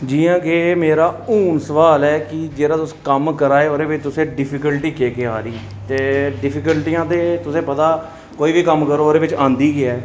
जि'यां के मेरा हून सवाल ऐ कि जेह्ड़ा तुस कम्म करा दे ओह्दे बिच तुसें डिफीकल्टी केह् कह् आ दी ते डिफिकलटियां ते तुसें पता कोई बी कम्म करो ओह्दे बिच आंदी गै